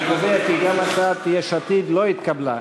אני קובע כי גם הצעת יש עתיד לא התקבלה.